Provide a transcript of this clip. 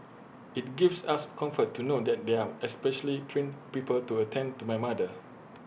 IT gives us comfort to know that there are specially trained people to attend to my mother